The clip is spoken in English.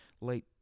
late